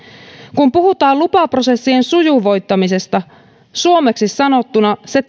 kun puhutaan lupaprosessien sujuvoittamisesta suomeksi sanottuna se